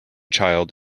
child